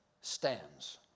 stands